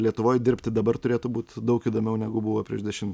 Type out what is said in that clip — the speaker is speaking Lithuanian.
lietuvoj dirbti dabar turėtų būti daug įdomiau negu buvo prieš dešimt